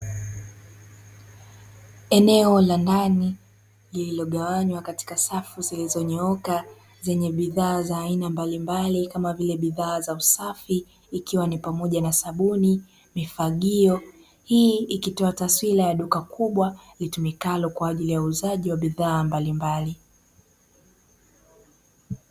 Eneo la ndani lililogawanywa katika safu zilizonyooka zenye bidhaa za aina mbalimbali kama vile bidhaa za usafi ikiwa ni pamoja na sabuni, mifagio. Hii ikitoa taswira ya duka kubwa litumikalo kwa ajili ya uuzaji wa bidhaa mbalimbali.